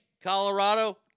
Colorado